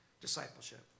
discipleship